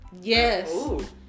Yes